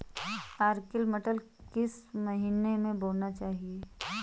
Arkel मटर किस महीना में बोना चाहिए?